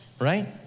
right